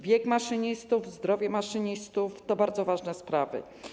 Wiek maszynistów, zdrowie maszynistów to bardzo ważne sprawy.